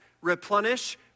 replenish